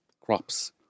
crops